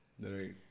Right